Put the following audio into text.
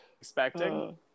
Expecting